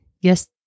Yes